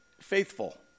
faithful